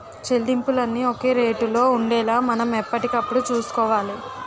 చెల్లింపులన్నీ ఒక రేటులో ఉండేలా మనం ఎప్పటికప్పుడు చూసుకోవాలి